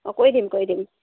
অঁ কৰি দিম কৰি দিম